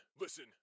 listen